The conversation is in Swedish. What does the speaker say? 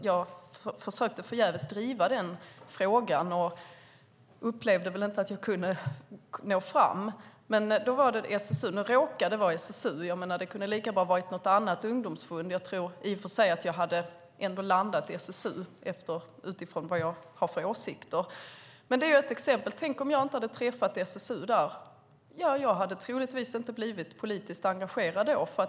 Jag försökte förgäves driva denna fråga och upplevde inte att jag kunde nå fram. Nu råkade det vara SSU som kom; det kunde lika gärna har varit något annat ungdomsförbund. Jag tror i och för sig att jag ändå hade landat i SSU utifrån vad jag har för åsikter. Detta är ett exempel. Tänk om jag inte hade träffat SSU! Då hade jag troligtvis inte blivit politiskt engagerad.